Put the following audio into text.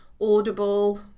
Audible